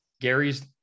Gary's